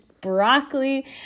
broccoli